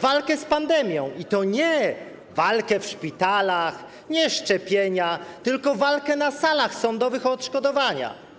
walkę z pandemią, i to nie walkę w szpitalach, nie szczepienia, tylko walkę na salach sądowych - o odszkodowania.